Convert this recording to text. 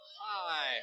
Hi